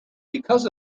because